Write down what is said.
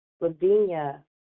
Lavinia